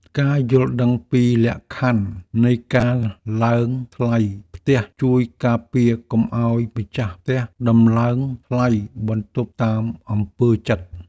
ការយល់ដឹងពីលក្ខខណ្ឌនៃការឡើងថ្លៃផ្ទះជួយការពារកុំឱ្យម្ចាស់ផ្ទះតម្លើងថ្លៃបន្ទប់តាមអំពើចិត្ត។